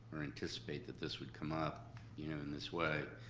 or anticipate that this would come up in and this way.